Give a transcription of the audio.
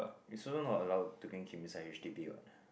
it's also not allowed to go and keep inside H_D_B what